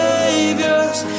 Saviors